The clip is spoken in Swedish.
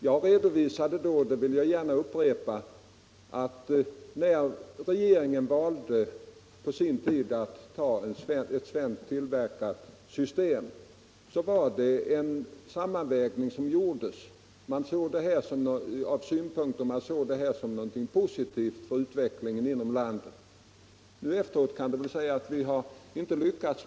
Jag redovisade då — och det vill jag gärna upprepa — att när regeringen på sin tid valde ett svensktillverkat system så var det en sammanvägning av synpunkter som gjordes. Man såg detta som något positivt för utvecklingen inom landet. Efteråt kan det sägas att vi inte har lyckats.